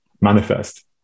manifest